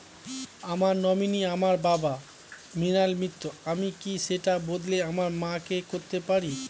আমার নমিনি আমার বাবা, মৃণাল মিত্র, আমি কি সেটা বদলে আমার মা কে করতে পারি?